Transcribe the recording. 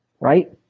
right